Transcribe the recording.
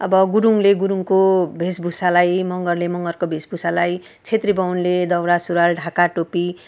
अब गुरुङले गुरुङको भेषभूषालाई मगरले मगरको भेषभूषालाई छेत्री बाहुनले दौरा सुरुवाल ढाका टोपी